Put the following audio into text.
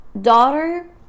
daughter